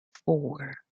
four